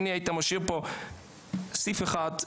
היית משאיר פה סעיף אחד,